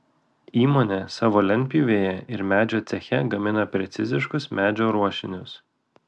įmonė savo lentpjūvėje ir medžio ceche gamina preciziškus medžio ruošinius